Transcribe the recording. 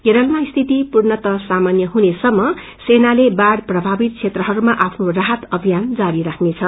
केरलमा स्थिति पूर्णत सामान्य हुनेसम्म सेनाले बाढ़ प्रभावित क्षेत्रहरूमा आफ्नो राष्टत अभियान जारी राख्नेछ